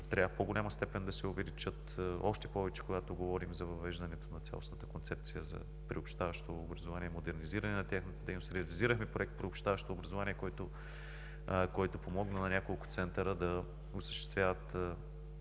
трябва в по-голяма степен да се увеличат, още повече когато говорим за въвеждането на цялостната Концепция за приобщаващо образование и модернизиране на тяхната дейност. Реализирахме Проект „Приобщаващо образование“, който помогна на няколко центъра да осъществяват